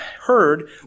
heard